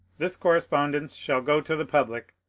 this correspondence shall go to the public,